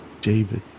David